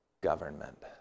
government